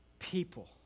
people